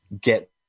get